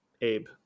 abe